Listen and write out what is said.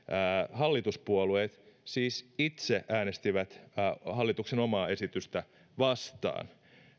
hallituspuolueet siis itse äänestivät hallituksen omaa esitystä vastaan